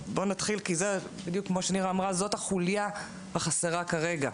כמו שנירה אמרה, זאת החוליה החסרה כרגע.